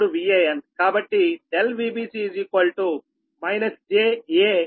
కాబట్టి ∆Vbc j a 3 Van